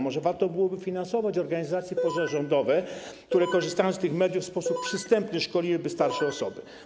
Może warto byłoby finansować organizacje pozarządowe, które korzystają z tych mediów, by w sposób przystępny szkoliły starsze osoby?